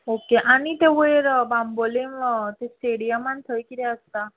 okay आनी थंय वयर बांबोलीम स्टेडियमान किते आसता